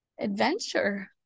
adventure